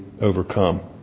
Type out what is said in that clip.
overcome